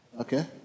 Okay